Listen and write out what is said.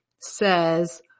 says